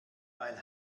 weil